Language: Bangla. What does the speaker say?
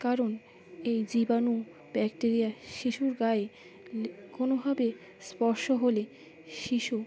কারণ এই জীবাণু ব্যাকটেরিয়া শিশুর গায়ে কোনোভাবে স্পর্শ হলে শিশু